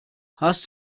hast